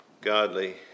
godly